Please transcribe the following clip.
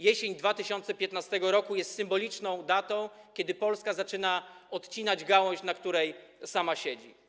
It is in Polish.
Jesień 2015 r. jest symboliczną datą, kiedy Polska zaczęła odcinać gałąź, na której sama siedzi.